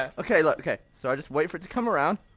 ah okay look, okay so i just wait for it to come around.